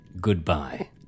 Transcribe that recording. goodbye